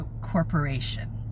corporation